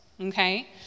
okay